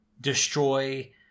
destroy